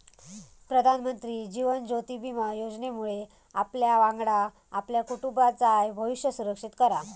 प्रधानमंत्री जीवन ज्योति विमा योजनेमुळे आपल्यावांगडा आपल्या कुटुंबाचाय भविष्य सुरक्षित करा